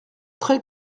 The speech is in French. très